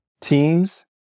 teams